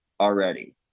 already